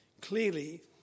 Clearly